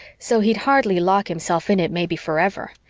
so he'd hardly lock himself in it maybe forever,